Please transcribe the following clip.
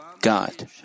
God